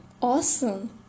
awesome